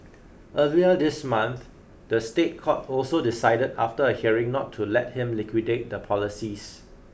earlier this month the State Court also decided after a hearing not to let him liquidate the policies